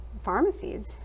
pharmacies